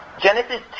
Genesis